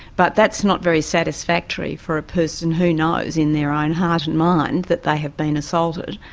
but that's not very satisfactory for a person who knows in their own heart and mind that they have been assaulted,